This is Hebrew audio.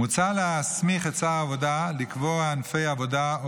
מוצע להסמיך את שר העבודה לקבוע ענפי עבודה או